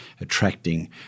attracting